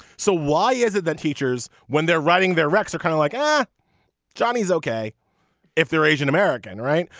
so why is it that teachers when they're writing their recs are kind of like ah johnny's ok if they're asian-american. right.